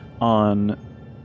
on